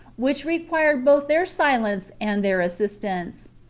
which required both their silence and their assistance.